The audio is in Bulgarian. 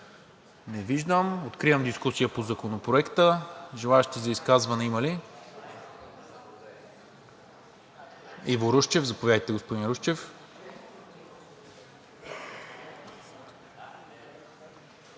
Не виждам. Откривам дискусия по Законопроекта. Желаещи за изказване има ли? Иво Русчев – заповядайте, господин Русчев.